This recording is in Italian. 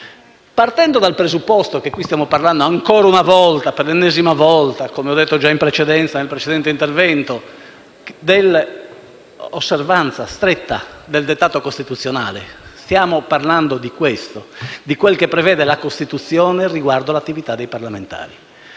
Partiamo dal presupposto che qui stiamo parlando ancora una volta, per l'ennesima volta, come ho detto nel precedente intervento, dell'osservanza stretta del dettato costituzionale. Di questo stiamo parlando, di quello che prevede la Costituzione riguardo all'attività dei parlamentari.